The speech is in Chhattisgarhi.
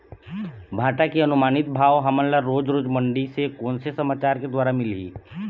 भांटा के अनुमानित भाव हमन ला रोज रोज मंडी से कोन से समाचार के द्वारा मिलही?